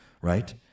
right